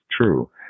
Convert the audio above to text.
true